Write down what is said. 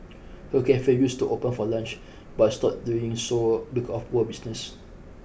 her cafe used to open for lunch but stopped doing so because of poor business